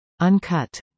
Uncut